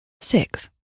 six